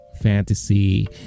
fantasy